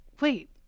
wait